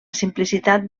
simplicitat